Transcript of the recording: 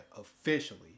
officially